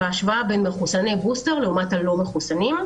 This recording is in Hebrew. בהשוואה בין מחוסני בוסטר לעומת הלא מחוסנים,